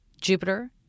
Jupiter